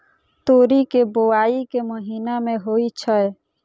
तोरी केँ बोवाई केँ महीना मे होइ छैय?